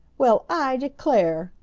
well, i declare!